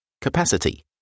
Capacity